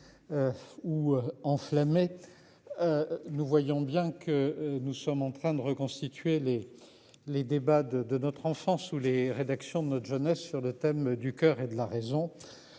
Ou enflammer. Nous voyons bien que nous sommes en train de reconstituer les les débats de de notre enfance ou les rédactions de notre jeunesse sur le thème du coeur et de la raison.